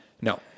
No